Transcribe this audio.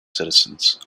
citizens